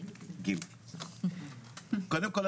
הנושא של הפנימיות זה נושא כאוב,